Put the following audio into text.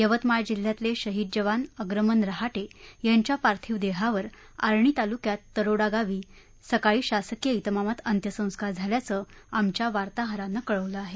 यवतमाळ जिल्ह्यातले शहीद जवान अग्रमन रहाटे यांच्या पार्थिव देहावर आर्णी तालुक्यात तरोडा गावी आज सकाळी शासकीय इतमामात अंत्यसंस्कार झाल्याचं आल्याचे आमच्या वार्ताहरांनी कळवलं आहे